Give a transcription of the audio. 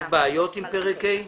יש בעיות עם פרק ה'?